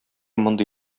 мондый